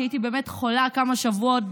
כי הייתי באמת חולה כמה שבועות,